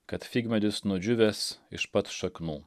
kad figmedis nudžiūvęs iš pat šaknų